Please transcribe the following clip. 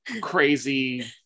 crazy